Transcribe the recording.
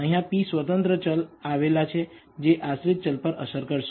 અહીંયા p સ્વતંત્ર ચલ આવેલા છે જે આશ્રિત ચલ પર અસર કરશે